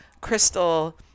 crystal